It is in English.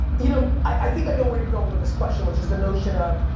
you know i think i know where you're going with this question, which is the notion of,